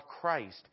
Christ